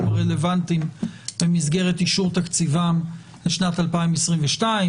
הרלוונטיים במסגרת אישור תקציבם לשנת 2022,